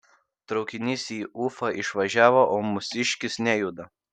traukinys į ufą išvažiavo o mūsiškis nejuda